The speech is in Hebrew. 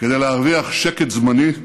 כדי להרוויח שקט זמני,